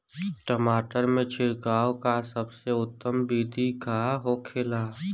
टमाटर में छिड़काव का सबसे उत्तम बिदी का होखेला?